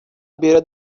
beira